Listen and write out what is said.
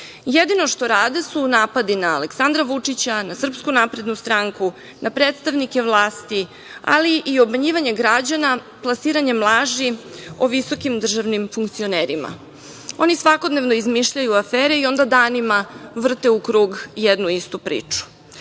Jedino što rade su napadi na Aleksandra Vučića, na SNS, na predstavnike vlasti, ali i obmanjivanje građana plasiranjem laži o visokim državnim funkcionerima. Oni svakodnevno izmišljaju afere i onda danima vrte u krug jednu istu priču. Savez